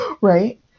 right